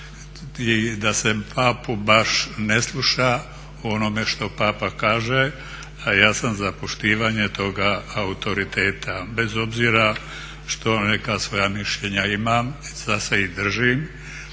i da se Papu baš ne sluša u onome što Papa kaže. Ja sam za poštivanje toga autoriteta bez obzira što neka svoja mišljenja ima i za se ih držim,